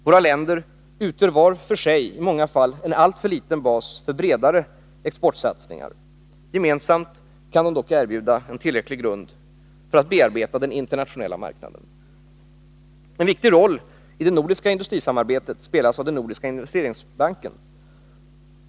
Våra länder utgör vart och ett för sig i många fall en alltför liten bas för bredare exportsatsningar. Gemensamt kan de dock erbjuda en tillräcklig grund för bearbetning av den internationella marknaden. En viktig roll i det nordiska industrisamarbetet spelas av den nordiska investeringsbanken.